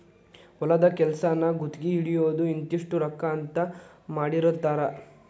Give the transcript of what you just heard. ಹೊಲದ ಕೆಲಸಾನ ಗುತಗಿ ಹಿಡಿಯುದು ಇಂತಿಷ್ಟ ರೊಕ್ಕಾ ಅಂತ ಮಾತಾಡಿರತಾರ